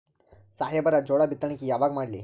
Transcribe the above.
ಸಾಹೇಬರ ಜೋಳ ಬಿತ್ತಣಿಕಿ ಯಾವಾಗ ಮಾಡ್ಲಿ?